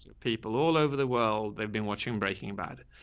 ah people all over the world, they've been watching breaking bad.